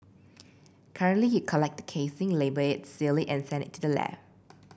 currently you collect the casing label it seal it and send it to the lab